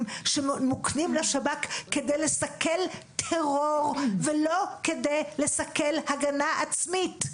שמוקנים לשב"כ כדי לסכל טרור ולא כדי לסכל הגנה עצמית?